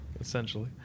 Essentially